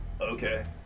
okay